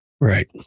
Right